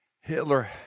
Hitler